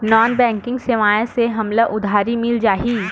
Non banking सेवाएं से हमला उधारी मिल जाहि?